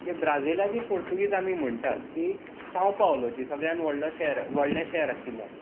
जे ब्राजीलची पुर्तुगीज आमी म्हणटात ती साउ पाउलोची सगळ्यांत व्हडलें शहर व्हडलें शहर आशिल्ल्यान